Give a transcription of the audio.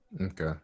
Okay